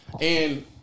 and-